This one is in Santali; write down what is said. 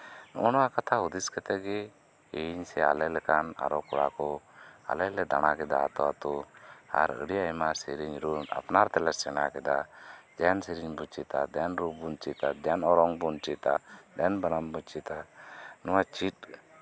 ᱱᱚᱜ ᱚ ᱱᱚᱶᱟ ᱠᱟᱛᱷᱟ ᱦᱩᱫᱤᱥ ᱠᱟᱛᱮᱫ ᱜᱮ ᱤᱧ ᱥᱮ ᱟᱞᱮ ᱞᱮᱠᱟᱱ ᱟᱨᱚ ᱠᱚᱲᱟ ᱠᱚ ᱟᱞᱮ ᱞᱮ ᱫᱟᱲᱟ ᱠᱮᱫᱟ ᱟᱹᱛᱩ ᱟᱹᱛᱩ ᱟᱨ ᱟᱹᱰᱤ ᱟᱭᱢᱟ ᱥᱮᱹᱨᱮᱹᱧ ᱨᱩ ᱟᱯᱱᱟᱨ ᱛᱮᱞᱮ ᱥᱮᱲᱟ ᱠᱮᱫᱟ ᱫᱮᱱ ᱥᱮᱹᱨᱮᱹᱧ ᱵᱚᱱ ᱪᱮᱫᱟ ᱫᱮᱱ ᱨᱩ ᱵᱚᱱ ᱪᱮᱫᱟ ᱫᱮᱱ ᱚᱨᱚᱝ ᱵᱚᱱ ᱪᱮᱫᱟ ᱫᱮᱱ ᱵᱟᱱᱟᱢ ᱵᱚᱱ ᱪᱮᱫᱟ ᱱᱚᱶᱟ ᱪᱮᱫ